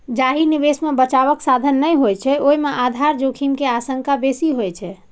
जाहि निवेश मे बचावक साधन नै होइ छै, ओय मे आधार जोखिम के आशंका बेसी होइ छै